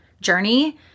journey